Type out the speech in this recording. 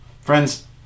Friends